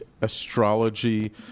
astrology